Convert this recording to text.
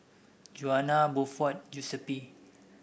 Juana Buford Giuseppe